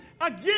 Again